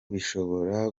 bishobora